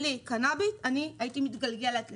בלי קנביס, אני הייתי מתגלגלת מפה.